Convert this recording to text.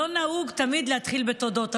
לא נהוג להתחיל בתודות,